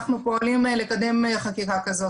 אנחנו פועלים לקדם חקיקה כזאת.